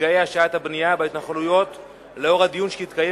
לנפגעי השעיית הבנייה בהתנחלויות לאור הדיון שהתקיים